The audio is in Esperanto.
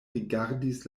rigardis